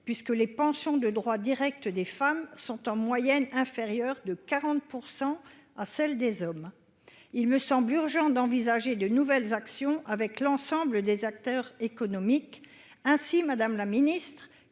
puisque les pensions de droit direct des femmes sont en moyenne inférieures de 40 % à celles des hommes. Il me semble urgent d'envisager de nouvelles actions avec l'ensemble des acteurs économiques. Madame la ministre,